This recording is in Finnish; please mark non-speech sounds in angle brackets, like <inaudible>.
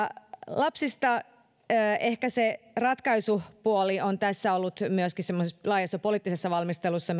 lapsista ehkä se ratkaisupuoli on tässä ollut meillä sdpssä jo pitkään semmoisessa laajassa poliittisessa valmistelussa <unintelligible>